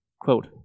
quote